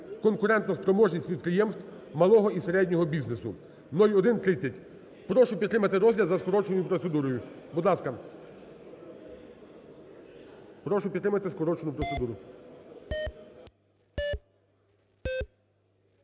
"Конкурентоспроможність підприємств малого і середнього бізнесу", 0130. Прошу підтримати розгляд за скороченою процедурою, будь ласка. Прошу підтримати скорочену процедуру.